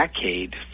decade